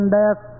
death